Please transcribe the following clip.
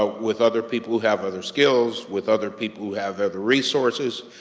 ah with other people who have other skills, with other people who have other resources,